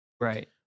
Right